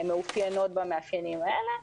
מאופיינות במאפיינים האלה.